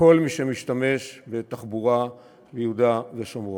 כל מי שמשתמש בתחבורה ביהודה בשומרון.